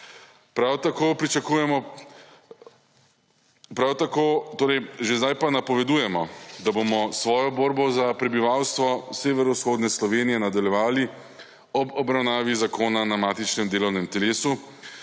Prav tako pričakujemo, prav tako…, torej, že zdaj pa napovedujemo, da bomo s svojo borbo za prebivalstvo severovzhodne Slovenije nadaljevali ob obravnavi zakona na matičnem delovnem telesu,